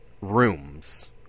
rooms